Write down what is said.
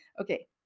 Okay